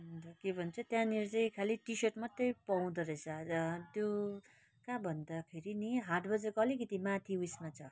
अन्त के भन्छ त्यहाँनिर चाहिँ खाली टी सर्ट मात्रै पाउँदोरहेछ त्यो कहाँ भन्दाखेरि नि हाट बजारको अलिकिति माथि ऊ यसमा छ